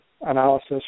analysis